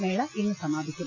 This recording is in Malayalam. മേള ഇന്ന് സമാപിക്കും